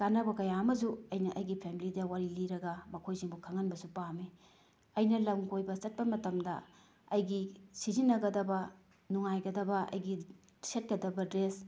ꯀꯥꯟꯅꯕ ꯀꯌꯥ ꯑꯃꯁꯨ ꯑꯩꯅ ꯑꯩꯒꯤ ꯐꯦꯃꯂꯤꯗ ꯋꯥꯔꯤ ꯂꯤꯔꯒ ꯃꯈꯣꯏꯁꯤꯡꯕꯨ ꯈꯪꯍꯟꯕꯁꯨ ꯄꯥꯝꯃꯤ ꯑꯩꯅ ꯂꯝ ꯀꯣꯏꯕ ꯆꯠꯄ ꯃꯇꯝꯗ ꯑꯩꯒꯤ ꯁꯤꯖꯤꯟꯅꯒꯗꯕ ꯅꯨꯡꯉꯥꯏꯒꯗꯕ ꯑꯩꯒꯤ ꯁꯦꯠꯀꯗꯕ ꯗ꯭ꯔꯦꯁ